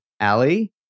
Ali